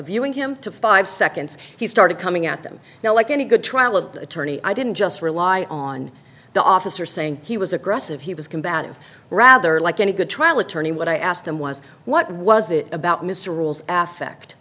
viewing him to five seconds he started coming at them now like any good trial of attorney i didn't just rely on the officer saying he was aggressive he was combative rather like any good trial attorney what i asked him was what was it about mr rules af ect